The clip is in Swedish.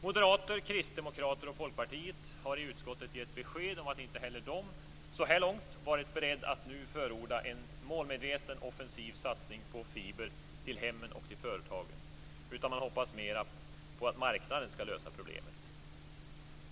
Moderaterna, Kristdemokraterna och Folkpartiet har i utskottet gett besked om att inte heller de så här långt varit beredda att förorda en målmedveten offensiv satsning på fiber till hemmen och till företagen. De hoppas mera på att marknaden skall lösa problemet.